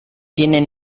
tienen